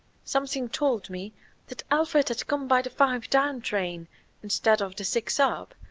something told me that alfred had come by the five-down train instead of the six-up,